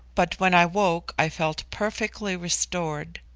but when i woke i felt perfectly restored.